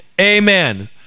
Amen